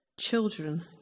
children